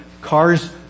Cars